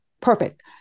perfect